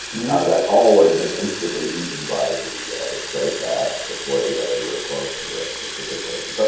that all would have been instantly eaten by the striped bass before they got anywhere close to the pacific ocean. so